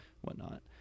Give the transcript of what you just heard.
whatnot